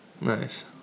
Nice